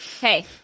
hey